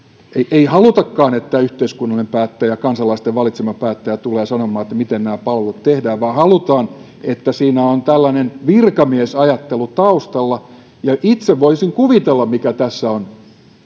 ei halutakaan että yhteiskunnallinen päättäjä kansalaisten valitsema päättäjä tulee sanomaan miten palvelut tehdään vaan halutaan että siinä on tällainen virkamiesajattelu taustalla ja itse voisin kuvitella mikä tässä on